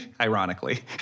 ironically